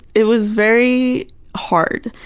it was very hard,